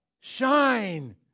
Shine